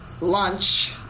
lunch